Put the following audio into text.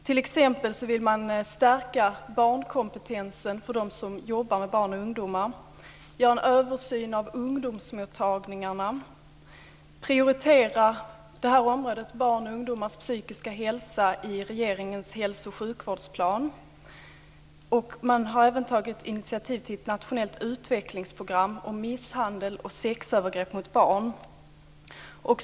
T.ex. vill man stärka barnkompetensen för dem som jobbar med barn och ungdomar, göra en översyn av ungdomsmottagningarna, prioritera området barns och ungdomars psykiska hälsa i regeringens hälso och sjukvårdsplan. Man har även tagit initiativ till ett nationellt utvecklingsprogram om misshandel och sexövergrepp mot barn.